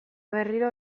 berriro